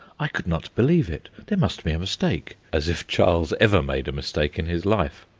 i could not believe it there must be a mistake as if charles ever made a mistake in his life!